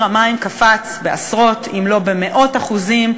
המים קפץ בעשרות אם לא במאות אחוזים.